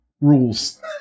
rules